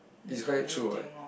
it's quite true what